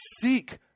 Seek